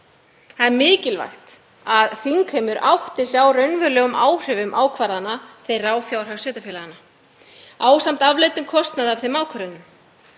Það er mikilvægt að þingheimur átti sig á raunverulegum áhrifum ákvarðana hans á fjárhag sveitarfélaganna ásamt afleiddum kostnaði af þeim ákvörðunum.